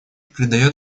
придает